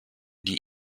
die